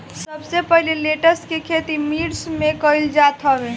सबसे पहिले लेट्स के खेती मिश्र में कईल जात रहे